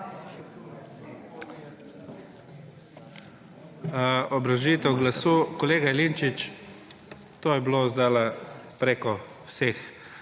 Obrazložitev glasu. Kolega Jelinčič, to je bilo zdajle preko vseh